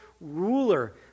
ruler